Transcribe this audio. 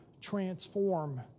transform